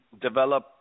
develop